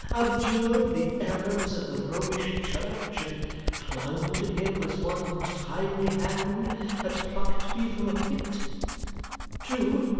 abjured the errors of the romish church, and clung to him as one whose timely hand had plucked me from a pit true.